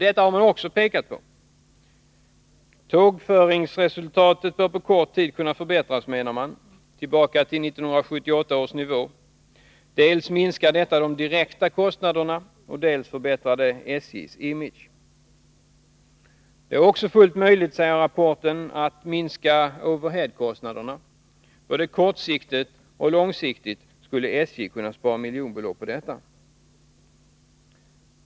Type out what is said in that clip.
Man har också pekat på följande. Tågföringsresultatet bör, menar man, på kort tid kunna förbättras — tillbaka till 1978 års nivå. Dels minskas de direkta kostnaderna, dels förbättras SJ:s image. Enligt rapporten är det också fullt möjligt att minska overheadkostnaderna. Både kortsiktigt och långsiktigt skulle SJ kunna spara miljonbelopp på detta.